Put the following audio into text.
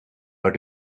are